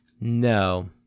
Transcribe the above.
No